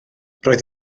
roedd